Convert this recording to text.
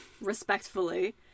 Respectfully